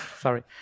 sorry